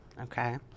Okay